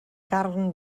carn